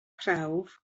prawf